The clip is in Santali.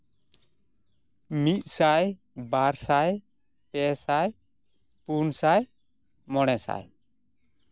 ᱢᱤᱫᱥᱟᱭ ᱵᱟᱨᱥᱟᱭ ᱯᱮᱥᱟᱭ ᱯᱩᱱᱥᱟᱭ ᱢᱚᱬᱮᱥᱟᱭ